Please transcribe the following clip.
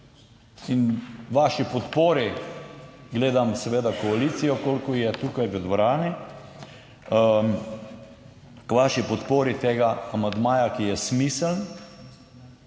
in vaši podpori, - gledam seveda koalicijo, koliko je tukaj v dvorani, - k vaši podpori tega amandmaja, ki je smiseln